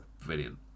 brilliant